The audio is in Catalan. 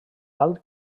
alt